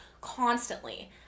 constantly